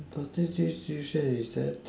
frustrated situation is that